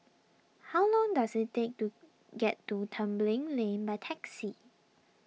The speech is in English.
how long does it take to get to Tembeling Lane by taxi